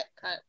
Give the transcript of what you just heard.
Cut